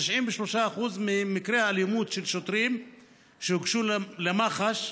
93% ממקרי האלימות של שוטרים שהוגשו למח"ש,